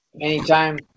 anytime